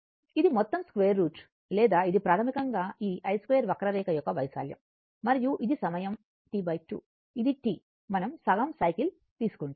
ఇది మొత్తం స్క్వేర్ రూట్వర్గ మూలం లేదా ఇది ప్రాథమికంగా ఈ I2 వక్రరేఖ యొక్క వైశాల్యం మరియు ఇది సమయం T 2 ఇది T మనం సగం సైకిల్ తీసుకుంటాము